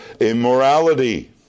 immorality